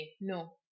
No